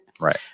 Right